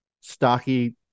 stocky